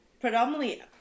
predominantly